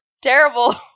terrible